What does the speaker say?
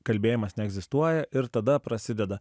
kalbėjimas neegzistuoja ir tada prasideda